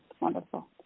wonderful